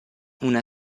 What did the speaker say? una